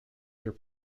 their